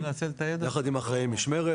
יחד עם אחראי משמרת,